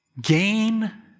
gain